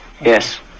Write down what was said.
yes